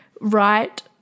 right